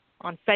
on